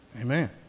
Amen